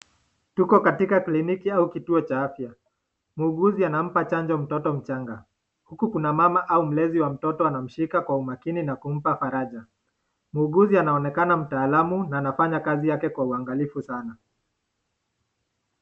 Tuko katika kliniki au kituo cha afya. Muuguzi anampa chanjo mtoto mchanga. Huku kuna mama au mlezi wa mtoto anamshika kwa umakini na kumpa faraja. Muuguzi anaonekana mtaalamu na anafanya kazi yake kwa uangalifu sana.